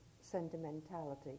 sentimentality